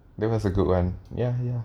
that was a good one ya ya